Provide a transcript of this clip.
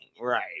right